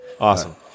Awesome